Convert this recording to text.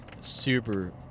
Super